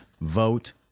vote